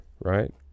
right